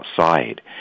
outside